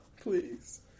Please